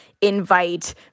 invite